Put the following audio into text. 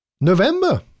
November